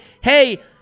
hey